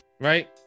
right